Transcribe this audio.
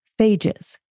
phages